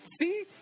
See